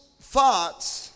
thoughts